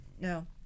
no